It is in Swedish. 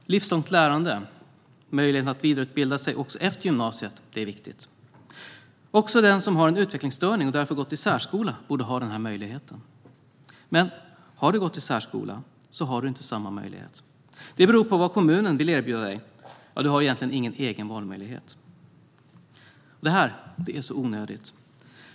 Herr talman! Livslångt lärande, möjligheten att vidareutbilda sig också efter gymnasiet, är viktigt. Också den som har en utvecklingsstörning och därför har gått i särskola borde ha den möjligheten. Men har du gått i särskola har du inte samma möjlighet, utan det beror på vad kommunen vill erbjuda dig. Du har egentligen ingen egen valmöjlighet. Detta är onödigt.